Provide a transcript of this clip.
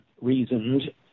reasoned